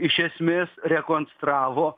iš esmės rekonstravo